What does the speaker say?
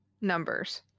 numbers